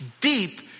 deep